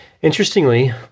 Interestingly